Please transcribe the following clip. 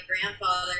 grandfather